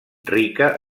rica